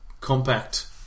compact